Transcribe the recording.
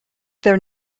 there